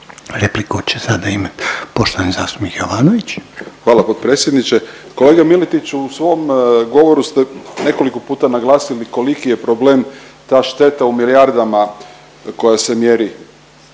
Repliku će sada imati poštovani zastupnik Jovanović. **Jovanović, Željko (SDP)** Hvala potpredsjedniče. Kolega Miletiću u svom govoru ste nekoliko puta naglasili koliki je problem ta šteta u milijardama koja se mjeri